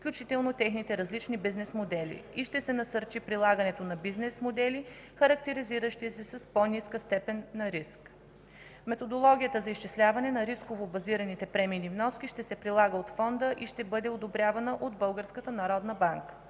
включително техните различни бизнес модели, и ще насърчи прилагането на бизнес модели, характеризиращи се с по ниска степен на риск. Методологията за изчисляване на рисково базираните премийни вноски ще се прилага от Фонда и ще бъде одобрявана от